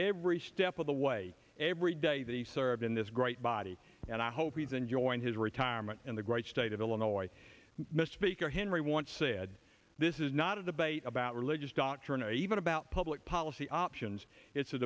every step of the way every day that he served in this great body and i hope he's enjoying his retirement in the great state of illinois mr baker henry once said this is not a debate about religious doctrine or even about public policy options it's a